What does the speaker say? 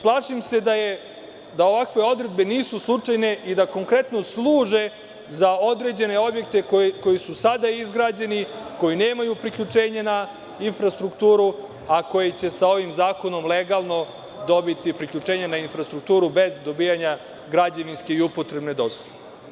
Plašim se da ovakve odredbe nisu slučajne i da konkretno služe za određene objekte koji su sada izgrađeni, koji nemaju priključenje na infrastrukturu, a koji će sa ovim zakonom legalno dobiti priključenje na infrastrukturu bez dobijanja građevinske i upotrebne dozvole.